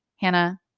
Hannah